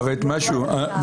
בחקיקה.